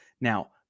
Now